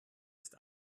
ist